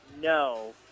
no